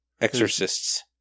Exorcists